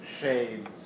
shades